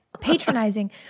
patronizing